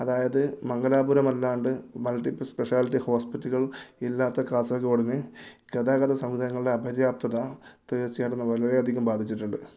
അതായത് മംഗലാപുരം അല്ലാതെ multi speciality ഹോസ്പിറ്റുകൾ ഇല്ലാത്ത കാസർഗോഡിനെ ഗതാഗത സംവിധാനങ്ങളുടെ അപര്യാപ്തത തീർച്ചയായും വളരേ അധികം ബാധിച്ചിട്ടുണ്ട്